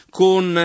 con